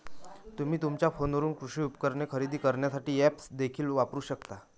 तुम्ही तुमच्या फोनवरून कृषी उपकरणे खरेदी करण्यासाठी ऐप्स देखील वापरू शकता